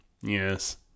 Yes